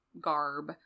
garb